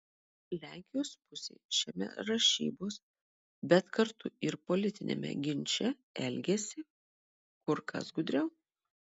lenkijos pusė šiame rašybos bet kartu ir politiniame ginče elgiasi kur kas gudriau